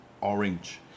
orange